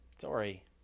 Sorry